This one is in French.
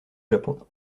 japon